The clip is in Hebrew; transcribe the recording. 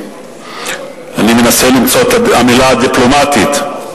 אני מנסה למצוא את המלה הדיפלומטית,